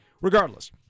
Regardless